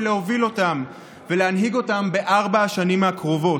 להוביל אותם ולהנהיג בארבע השנים הקרובות.